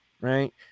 right